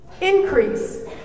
Increase